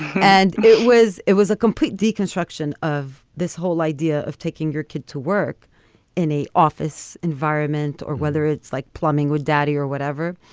and it was it was a complete deconstruction of this whole idea of taking your kid to work in a office environment or whether it's like plumbing with daddy or whatever.